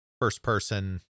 first-person